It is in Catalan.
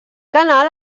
canal